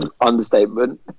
Understatement